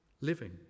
living